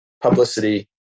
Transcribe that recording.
publicity